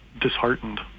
disheartened